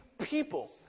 people